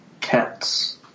Cats